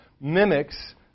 mimics